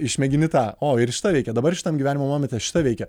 išmėgini tą o ir šita veikia dabar šitam gyvenimo momente šita veikia